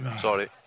Sorry